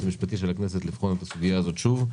המשפטי של הכנסת לבחון את הסוגיה הזאת שוב,